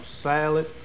salad